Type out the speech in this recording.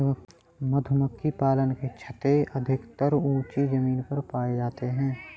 मधुमक्खी पालन में छत्ते अधिकतर ऊँची जमीन पर पाए जाते हैं